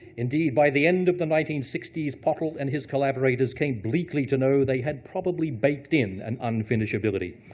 indeed, by the end of the nineteen sixty s, pottle and his collaborators came bleakly to know they had probably baked in an unfinishability.